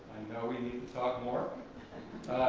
know we need to talk more